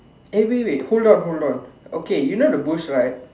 eh wait wait wait hold on hold on okay you know the boots right